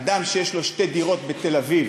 אדם שיש לו שתי דירות בתל-אביב,